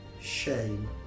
shame